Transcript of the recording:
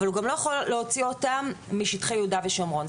אבל הוא גם לא יכול להוציא אותן משטחי יהודה ושומרון.